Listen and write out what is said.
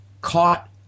caught